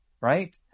right